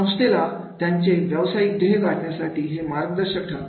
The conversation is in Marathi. संस्थेला त्यांचे व्यवसायिक ध्येय गाठण्यासाठी हे मार्गदर्शक ठरतात